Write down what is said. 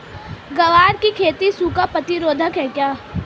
ग्वार की खेती सूखा प्रतीरोधक है क्या?